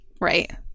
right